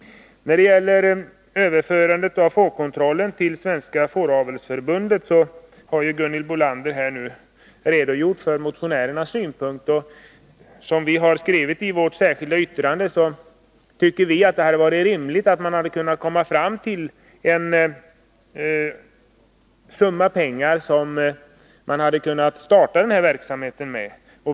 Gunhild Bolander har här nyss redogjort för motionärernas synpunkter när det gäller att överföra fårkontrollen till Svenska fåravelsförbundet. I vårt särskilda yttrande skriver vi att det är motiverat att medel tillskjuts så att man kan starta verksamheten.